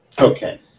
Okay